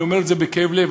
אני אומר את זה בכאב לב,